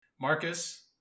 Marcus